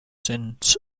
since